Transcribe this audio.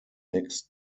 mixed